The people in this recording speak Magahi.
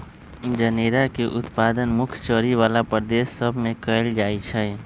जनेरा के उत्पादन मुख्य चरी बला प्रदेश सभ में कएल जाइ छइ